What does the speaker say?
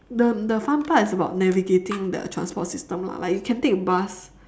the the fun part is about navigating the transport system lah like you can take bus